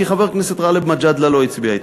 כי חבר הכנסת גאלב מג'אדלה לא הצביע אתכם.